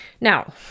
Now